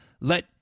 let